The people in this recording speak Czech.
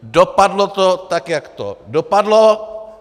Dopadlo to tak, jak to dopadlo.